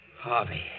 Harvey